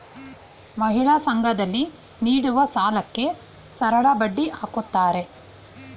ಮಹಿಳಾ ಸಂಘ ದಲ್ಲಿ ನೀಡುವ ಸಾಲಕ್ಕೆ ಸರಳಬಡ್ಡಿ ಹಾಕ್ತಾರೆ